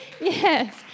Yes